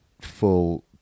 full